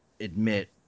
admit